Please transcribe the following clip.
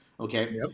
okay